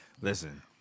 Listen